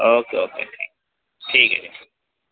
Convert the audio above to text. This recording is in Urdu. اوکے اوکے ٹھیک ہے